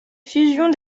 fusion